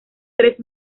tres